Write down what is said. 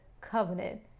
covenant